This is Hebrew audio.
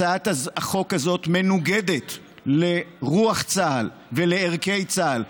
הצעת החוק הזאת מנוגדת לרוח צה"ל ולערכי צה"ל,